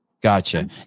Gotcha